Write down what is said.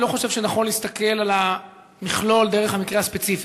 אני לא חושב שנכון להסתכל על המכלול דרך המקרה הספציפי.